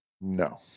No